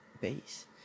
base